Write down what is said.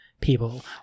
people